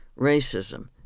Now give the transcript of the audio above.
racism